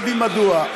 שיודעים מדוע.